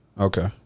Okay